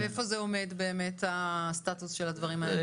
איפה זה עומד באמת, הסטטוס של הדברים האלה?